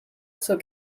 zur